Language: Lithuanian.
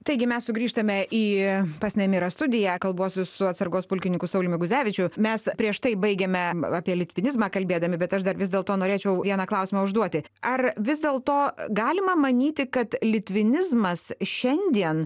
taigi mes sugrįžtame į pas nemirą studiją kalbuosi su atsargos pulkininku sauliumi guzevičiu mes prieš tai baigėme apie litvinizmą kalbėdami bet aš dar vis dėlto norėčiau vieną klausimą užduoti ar vis dėlto galima manyti kad litvinizmas šiandien